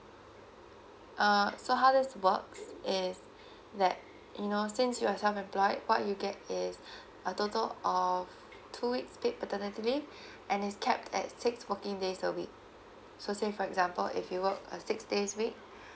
uh so how this works is that you know since you are self employed what you get is a total of two weeks paid paternity leave and is kept at six working days a week so say for example if you work a six days week